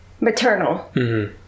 maternal